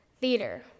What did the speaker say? theater